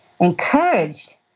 encouraged